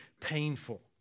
painful